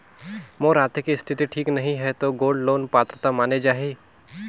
मोर आरथिक स्थिति ठीक नहीं है तो गोल्ड लोन पात्रता माने जाहि?